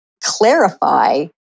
clarify